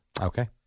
Okay